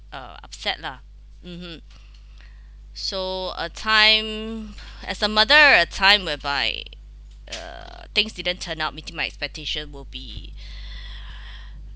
uh upset lah (uh huh) so a time as a mother at time whereby uh things didn't turn up meeting my expectation would be